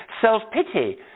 self-pity